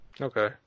Okay